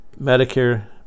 Medicare